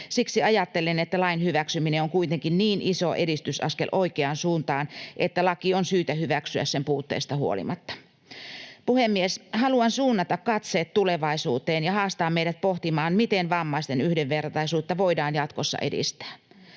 siksi ajattelen, että lain hyväksyminen on kuitenkin niin iso edistysaskel oikeaan suuntaan, että laki on syytä hyväksyä sen puutteista huolimatta. Puhemies! Haluan suunnata katseet tulevaisuuteen ja haastaa meidät pohtimaan, miten vammaisten yhdenvertaisuutta voidaan jatkossa edistää.